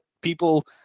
people